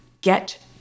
get